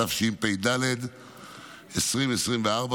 התשפ"ד 2024,